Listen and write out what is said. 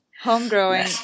Homegrown